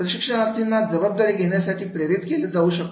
प्रशिक्षणार्थींना जबाबदारी घेण्यासाठी प्रेरित केलं जाऊ शकत